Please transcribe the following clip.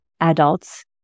adults